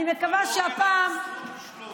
אני מקווה שהפעם, ולא "אין לנו זכות לשלוט".